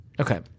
okay